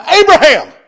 Abraham